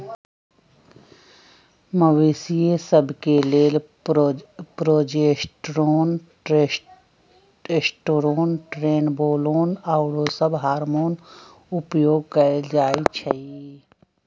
मवेशिय सभ के लेल प्रोजेस्टेरोन, टेस्टोस्टेरोन, ट्रेनबोलोन आउरो सभ हार्मोन उपयोग कयल जाइ छइ